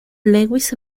lewis